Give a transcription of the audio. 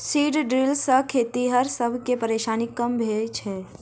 seed drill सॅ खेतिहर सब के परेशानी कम भेल छै